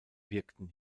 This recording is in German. wirkten